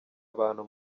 abantu